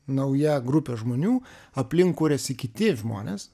nauja grupė žmonių aplink kuriasi kiti žmonės